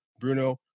Bruno